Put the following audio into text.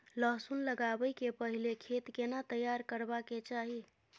लहसुन लगाबै के पहिले खेत केना तैयार करबा के चाही?